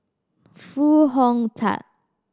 Foo Hong Tatt